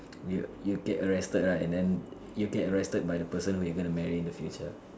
you you get arrested right and then you get arrested by the person who you gonna marry in the future